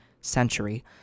century